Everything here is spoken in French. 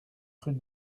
rue